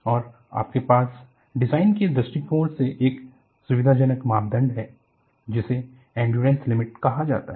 और आपके पास डिज़ाइन के दृष्टिकोण से एक सुविधाजनक मापदण्ड है जिसे एंड्यूरेंस लिमिट कहा जाता है